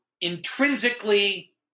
intrinsically